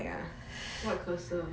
the cursor